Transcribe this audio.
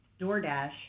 DoorDash